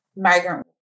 Migrant